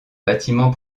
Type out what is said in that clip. bâtiment